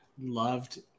loved